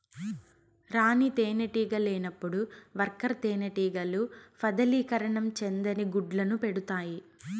రాణి తేనెటీగ లేనప్పుడు వర్కర్ తేనెటీగలు ఫలదీకరణం చెందని గుడ్లను పెడుతాయి